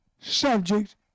subject